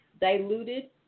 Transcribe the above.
Diluted